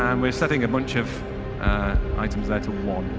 um we set a bunch of items there to one.